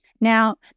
now